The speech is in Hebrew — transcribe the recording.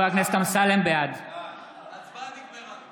בעד ההצבעה נגמרה.